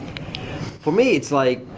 for me it's like